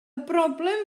broblem